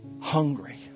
Hungry